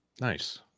Nice